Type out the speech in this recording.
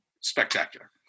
spectacular